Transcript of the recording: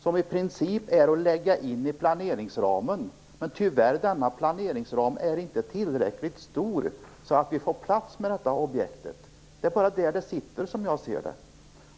som i princip går att lägga in i planeringsramen. Men tyvärr är inte denna planeringsram tillräckligt stor för att vi skall få plats med detta objekt. Det är bara där problemet ligger, som jag ser det.